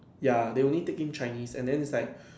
ya they only take in Chinese and then is like